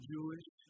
Jewish